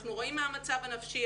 אנחנו רואים מה המצב הנפשי,